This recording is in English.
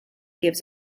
gives